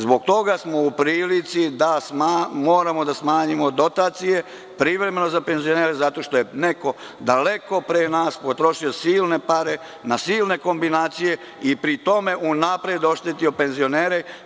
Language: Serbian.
Zbog toga smo u prilici da moramo da smanjimo dotacije privremeno za penzionere zato što je neko daleko pre nas potrošio silne pare na silne kombinacije i pri tome unapred oštetio penzionere.